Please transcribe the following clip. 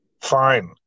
fine